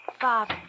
Bob